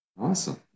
Awesome